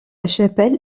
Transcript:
chapelle